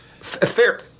Fair